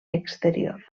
exterior